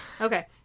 okay